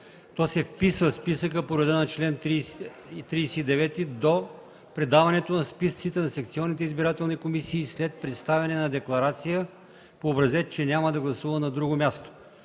то се вписва в списъка по реда на чл. 39 до предаването на списъците на секционните избирателни комисии след представяне на декларация по образец, че няма да гласува на друго място.